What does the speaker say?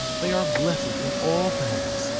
they are blessed in all things,